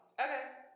Okay